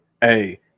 Hey